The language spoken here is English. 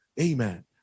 amen